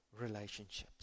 relationships